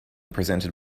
presented